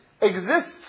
exists